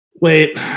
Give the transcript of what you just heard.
Wait